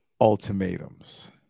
ultimatums